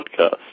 podcast